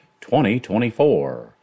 2024